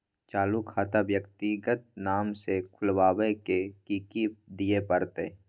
चालू खाता व्यक्तिगत नाम से खुलवाबै में कि की दिये परतै?